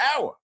hour